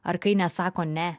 ar kai nesako ne